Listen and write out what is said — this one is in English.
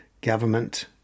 government